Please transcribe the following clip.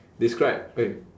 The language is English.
describe